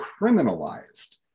criminalized